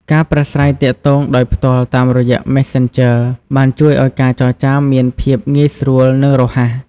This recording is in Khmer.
ការប្រាស្រ័យទាក់ទងដោយផ្ទាល់តាមរយៈ Messenger បានជួយឱ្យការចរចាមានភាពងាយស្រួលនិងរហ័ស។